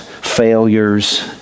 failures